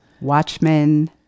Watchmen